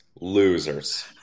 Losers